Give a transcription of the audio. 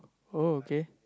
oh okay